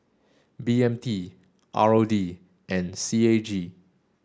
B M T R O D and C A G